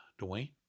Dwayne